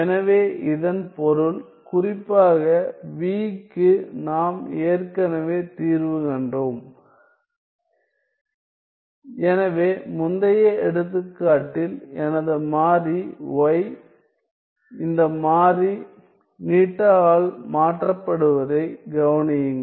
எனவே இதன் பொருள் குறிப்பாக v க்கு நாம் ஏற்கனவே தீர்வு கண்டோம் எனவே முந்தைய எடுத்துக்காட்டில் எனது மாறி y இந்த மாறி η ஆல் மாற்றப்படுவதைக் கவனியுங்கள்